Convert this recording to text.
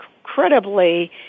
incredibly